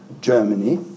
Germany